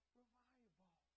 revival